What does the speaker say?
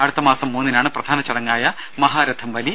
അടുത്ത മാസം മൂന്നിനാണ് പ്രധാന ചടങ്ങായ മഹാരഥം വലി